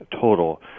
total